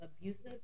abusive